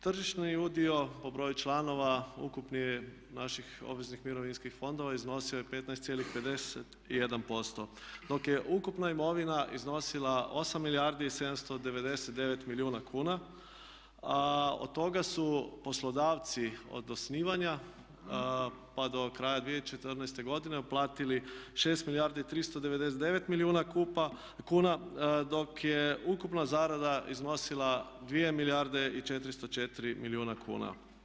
Tržišni udio po broju članova ukupni naših obveznih mirovinskih fondova iznosio je 15,51% dok je ukupna imovina iznosila 8 milijardi i 799 milijuna kuna a od toga su poslodavci od osnivanja pa do kraja 2014. godine uplatili 6 milijardi i 399 milijuna kuna dok je ukupna zarada iznosila 2 milijarde i 404 milijuna kuna.